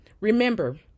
remember